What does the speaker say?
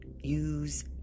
use